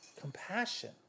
Compassion